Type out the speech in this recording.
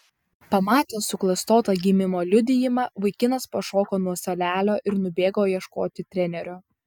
pamatęs suklastotą gimimo liudijimą vaikinas pašoko nuo suolelio ir nubėgo ieškoti trenerio